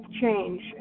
change